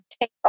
take